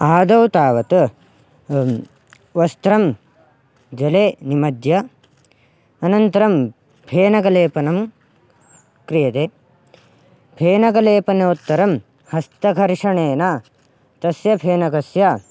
आदौ तावत् वस्त्रं जले निमज्य अनन्तरं फेनकलेपनं क्रियते फेनकलेपनोत्तरं हस्तघर्षणेन तस्य फेनकस्य